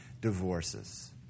divorces